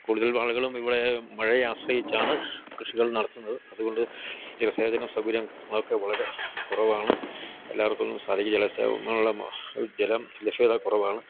കൂടുതൽ ആളുകളും ഇവിടെ മഴയെ ആശ്രയിച്ചാണ് കൃഷികൾ നടത്തുന്നത് അതുകൊണ്ട് ജലസേചന സൗകര്യങ്ങളൊക്കെ വളരെ കുറവാണ് എല്ലാവർക്കും ജലം ലഭ്യത കുറവാണ്